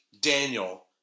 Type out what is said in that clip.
Daniel